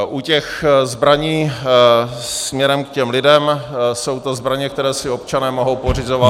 U těch zbraní směrem k lidem jsou to zbraně, které si občané mohou pořizovat